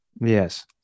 Yes